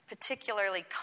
particularly